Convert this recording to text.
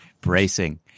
bracing